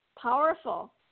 powerful